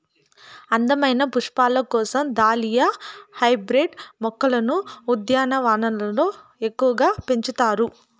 అందమైన పుష్పాల కోసం దాలియా హైబ్రిడ్ మొక్కలను ఉద్యానవనాలలో ఎక్కువగా పెంచుతారు